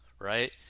right